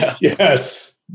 Yes